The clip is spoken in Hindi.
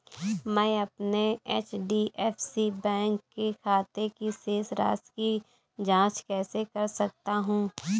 मैं अपने एच.डी.एफ.सी बैंक के खाते की शेष राशि की जाँच कैसे कर सकता हूँ?